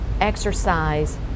exercise